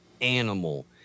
animal